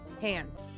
hands